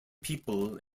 people